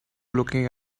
looking